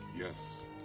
Yes